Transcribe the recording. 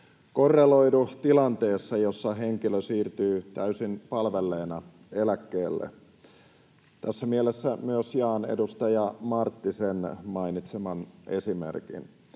korreloidu tilanteessa, jossa henkilö siirtyy täysin palvelleena eläkkeelle — tässä mielessä myös jaan edustaja Marttisen mainitseman esimerkin.